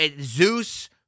Zeus